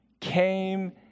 came